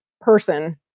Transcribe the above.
person